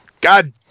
God